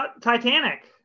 Titanic